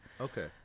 Okay